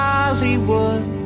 Hollywood